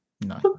no